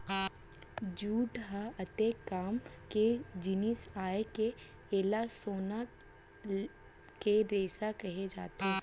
jute ह अतेक काम के जिनिस आय के एला सोना के रेसा कहे जाथे